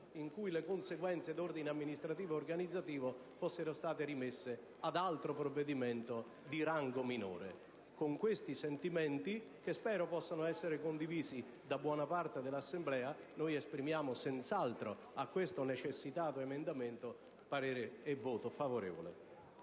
in cui le conseguenze di ordine amministrativo-organizzativo fossero state rimesse ad altro provvedimento di rango minore. Con tali sentimenti, che spero possano essere condivisi da buona parte dell'Assemblea, esprimeremo senz'altro su questo necessitato emendamento un voto favorevole.